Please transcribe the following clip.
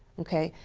okay?